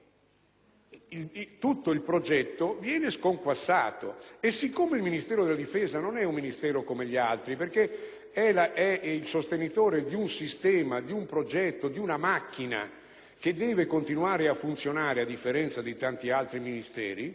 tutto il progetto viene sconquassato. Poiché il Ministero della difesa non è un Ministero come gli altri, perché è il sostenitore di un sistema, di un progetto, di una macchina che deve continuare a funzionare a differenza di tanti altri Ministeri,